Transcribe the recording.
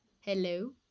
Hello